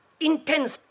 intense